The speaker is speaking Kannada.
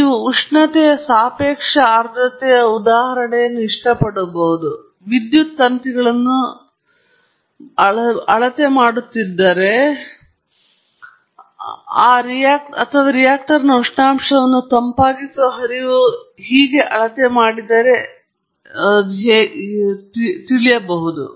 ನೀವು ಉಷ್ಣತೆಯ ಸಾಪೇಕ್ಷ ಆರ್ದ್ರತೆಯ ಉದಾಹರಣೆಯನ್ನು ಇಷ್ಟಪಡಬಹುದು ಅಥವಾ ವಿದ್ಯುತ್ ತಂತಿಗಳನ್ನು ವಿದ್ಯುತ್ ತಂತಿಗಳಲ್ಲಿ ಅಳತೆ ಮಾಡುತ್ತಿದ್ದರೆ ಅಥವಾ ರಿಯಾಕ್ಟರ್ನ ಉಷ್ಣಾಂಶವನ್ನು ತಂಪಾಗಿಸುವ ಹರಿವು ಹೀಗೆ ಅಳತೆ ಮಾಡಿದರೆ ಇರಬಹುದು